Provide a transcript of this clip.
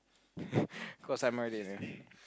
cause I'm already in a